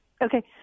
Okay